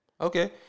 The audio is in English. Okay